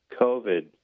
COVID